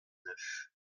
neuf